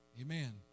Amen